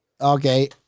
Okay